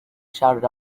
shouted